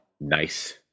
nice